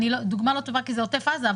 דוגמה לא טובה כי זה עוטף עזה,